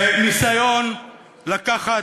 זה ניסיון לקחת,